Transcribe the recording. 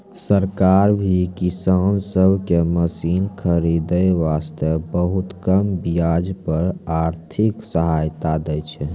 सरकार भी किसान सब कॅ मशीन खरीदै वास्तॅ बहुत कम ब्याज पर आर्थिक सहायता दै छै